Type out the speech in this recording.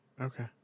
Okay